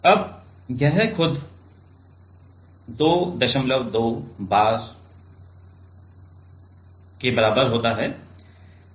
अब यह खुद 22 bar देता है